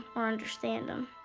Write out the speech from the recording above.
or understand him.